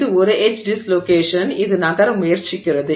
இது ஒரு edge dislocation இது நகர முயற்சிக்கிறது